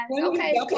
Okay